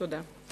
תודה.